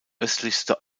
östlichste